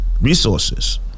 Resources